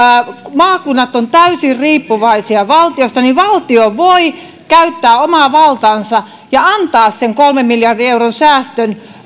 maakunnat ovat täysin riippuvaisia valtiosta niin valtio voi käyttää omaa valtaansa ja antaa sen kolmen miljardin euron säästötavoitteen